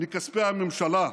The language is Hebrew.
מכספי הממשלה,